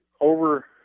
over